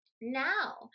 now